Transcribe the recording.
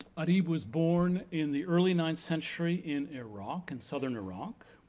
arib was born in the early ninth century in iraq, and southern iraq.